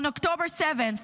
On October 7th,